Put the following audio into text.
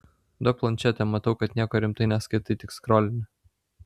duok plančetę matau kad nieko rimtai neskaitai tik skrolini